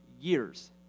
years